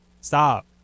Stop